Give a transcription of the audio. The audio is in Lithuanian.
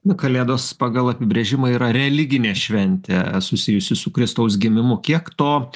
na kalėdos pagal apibrėžimą yra religinė šventė susijusi su kristaus gimimu kiek to